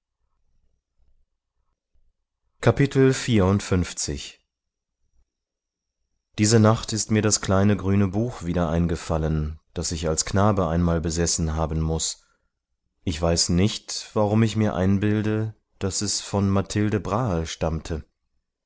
diese nacht ist mir das kleine grüne buch wieder eingefallen das ich als knabe einmal besessen haben muß und ich weiß nicht warum ich mir einbilde daß es von mathilde brahe stammte